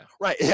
Right